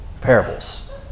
parables